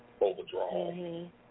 overdrawn